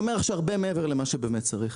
שהרבה מעבר למה שבאמת צריך,